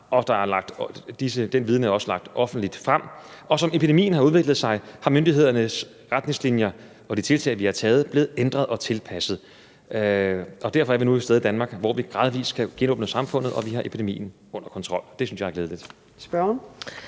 den viden er også lagt offentligt frem. Som epidemien har udviklet sig, er myndighedernes retningslinjer og de tiltag, vi har taget, blevet ændret og tilpasset, og derfor er vi nu et sted i Danmark, hvor vi gradvis kan genåbne samfundet og vi har epidemien under kontrol. Det synes jeg er glædeligt.